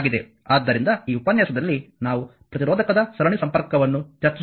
ಆದ್ದರಿಂದ ಈ ಉಪನ್ಯಾಸದಲ್ಲಿ ನಾವು ಪ್ರತಿರೋಧಕದ ಸರಣಿ ಸಂಪರ್ಕವನ್ನು ಚರ್ಚಿಸುತ್ತೇವೆ